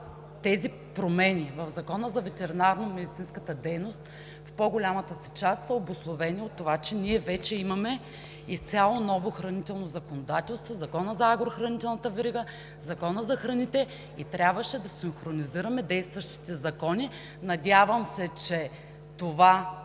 промените в Закона за ветеринарномедицинската дейност в по-голямата си част са обусловени от това, че ние вече имаме изцяло ново хранително законодателство – Законът за агрохранителната верига, Законът за храните, и трябваше да синхронизираме действащите закони. Чувствам се горда,